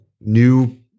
new